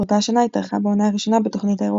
באותה השנה התארחה בעונה הראשונה בתוכנית האירוח